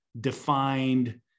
defined